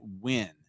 win